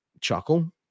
chuckle